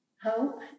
hope